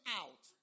out